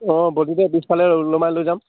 অঁ বডীতে পিছফালে ওলমাই লৈ যাম